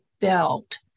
belt